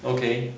okay